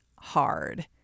hard